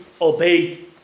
obeyed